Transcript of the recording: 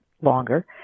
longer